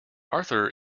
arthur